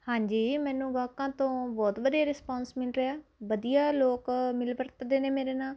ਹਾਂਜੀ ਮੈਨੂੰ ਗਾਹਕਾਂ ਤੋਂ ਬਹੁਤ ਵਧੀਆ ਰਿਸਪੋਂਸ ਮਿਲ ਰਿਹਾ ਵਧੀਆ ਲੋਕ ਮਿਲ ਵਰਤਦੇ ਨੇ ਮੇਰੇ ਨਾਲ